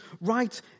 right